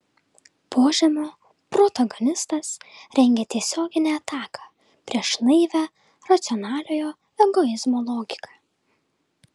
požemio protagonistas rengia tiesioginę ataką prieš naivią racionaliojo egoizmo logiką